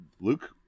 Luke